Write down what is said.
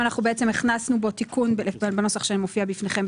אנחנו הכנסנו בו תיקון בנוסח שמופיע בפניכם,